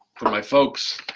for my folks,